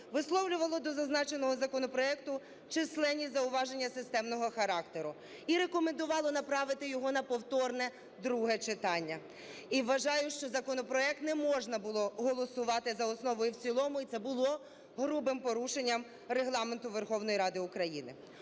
висловлювало до зазначеного законопроекту численні зауваження системного характеру і рекомендувало направити його на повторне друге читання. І вважаю, що законопроект не можна було голосувати за основу і в цілому, і це було грубим порушенням Регламенту Верховної Ради України.